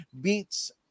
beats